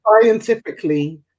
scientifically